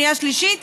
שנייה ושלישית,